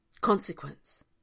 Consequence